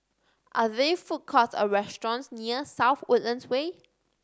are there food courts or restaurants near South Woodlands Way